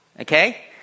okay